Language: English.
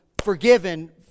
forgiven